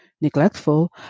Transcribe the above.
neglectful